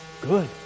Good